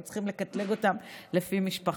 היינו צריכים לקטלג אותם לפי משפחה.